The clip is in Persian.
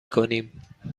کنیم